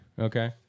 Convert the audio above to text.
Okay